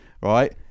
Right